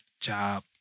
job